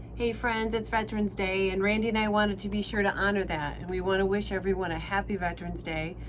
hey friends, it's veteran's day and randy and i wanted to be sure to honor that and we wanna wish everyone a happy veteran's day.